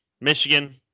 Michigan